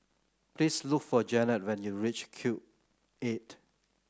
please look for Janet when you reach Cube Eight